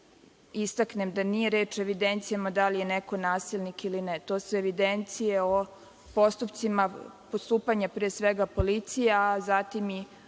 da istaknem da nije reč o evidencijama da li je neko nasilnik ili ne. To su evidencije o postupcima, postupanje pre svega policije, a zatim i